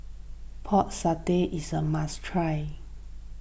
Pork Satay is a must try